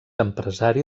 empresari